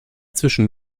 zwischen